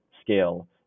scale